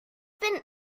been